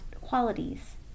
qualities